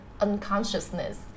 unconsciousness